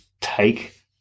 take